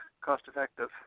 cost-effective